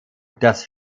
das